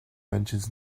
mentions